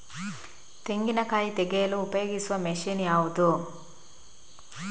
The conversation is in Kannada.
ತೆಂಗಿನಕಾಯಿ ತೆಗೆಯಲು ಉಪಯೋಗಿಸುವ ಮಷೀನ್ ಯಾವುದು?